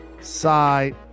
side